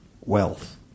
wealth